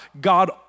God